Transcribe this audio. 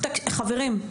חברים.